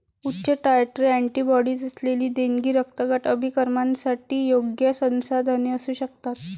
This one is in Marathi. उच्च टायट्रे अँटीबॉडीज असलेली देणगी रक्तगट अभिकर्मकांसाठी योग्य संसाधने असू शकतात